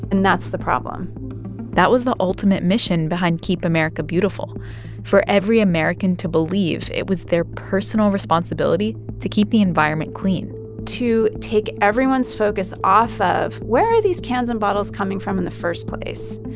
and that's the problem that was the ultimate mission behind keep america beautiful for every american to believe it was their personal responsibility to keep the environment clean to take everyone's focus off of, where are these cans and bottles coming from in the first place,